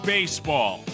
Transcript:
Baseball